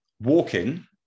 Walking